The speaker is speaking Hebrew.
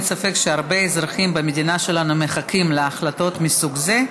אין ספק שהרבה אזרחים במדינה שלנו מחכים להחלטות מסוג זה.